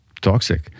toxic